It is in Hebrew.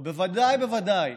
ובוודאי ובוודאי